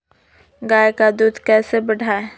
गाय का दूध कैसे बढ़ाये?